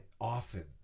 often